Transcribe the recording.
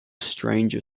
stranger